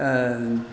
ओ